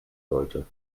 sollte